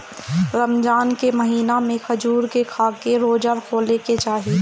रमजान के महिना में खजूर के खाके रोज़ा खोले के चाही